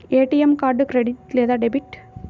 ATM card credit లేదా debit?